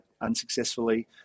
unsuccessfully